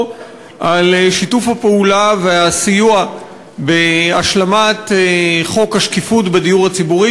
על שיתוף הפעולה והסיוע בהשלמת חוק השקיפות בדיור הציבורי,